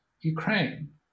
Ukraine